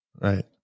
right